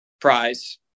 prize